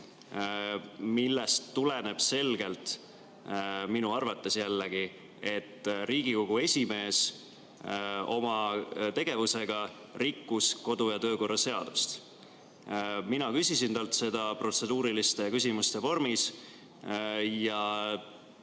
millest tuleneb selgelt, minu arvates jällegi, et Riigikogu esimees oma tegevusega rikkus kodu- ja töökorra seadust. Mina küsisin temalt seda protseduuriliste küsimuste vormis ja